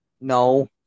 No